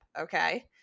Okay